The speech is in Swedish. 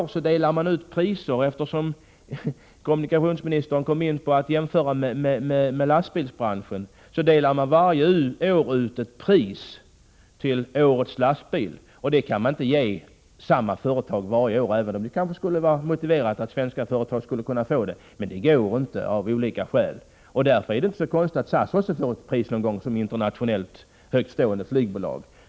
Kommunikationsministern jämförde med lastbilsbranschen. Där delar man varje år ut ett pris till årets lastbil. Det kan man inte ge samma företag varje år, även om det kanske skulle vara motiverat att svenska företag fick det. Men det går inte av olika skäl. Därför är det inte så konstigt att SAS också får ett pris någon gång som ett internationellt högtstående flygbolag.